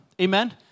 Amen